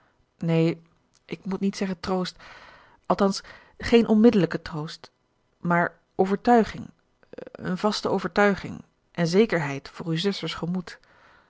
neen ik moet niet zeggen troost althans geen onmiddellijke troost maar overtuiging een vaste overtuiging en zekerheid voor uw zuster's gemoed